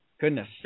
Goodness